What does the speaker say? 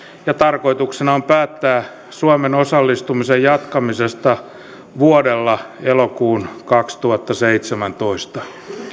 ja tarkoituksena on päättää suomen osallistumisen jatkamisesta vuodella elokuun kaksituhattaseitsemäntoista